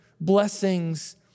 blessings